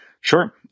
Sure